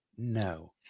no